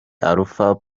alpha